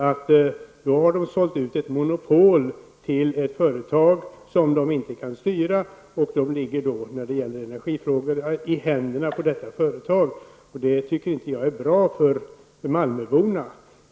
Kommunen har då sålt ut ett monopol till ett företag som man inte kan styra och ligger när det gäller energifrågor i händerna på detta företag. Jag anser inte att det är bra för malmöborna.